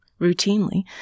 routinely